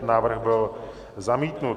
Návrh byl zamítnut.